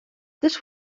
this